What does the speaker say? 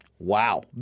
Wow